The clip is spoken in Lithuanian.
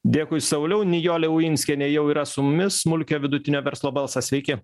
dėkui sauliau nijolė ujinskienė jau yra su mumis smulkio vidutinio verslo balsas sveiki